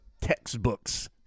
textbooks